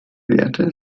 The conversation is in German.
werte